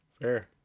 fair